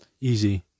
Easy